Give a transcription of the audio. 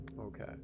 Okay